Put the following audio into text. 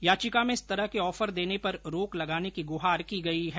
याचिका में इस तरह के ऑफर देने पर रोक लगाने की गुहार की गई है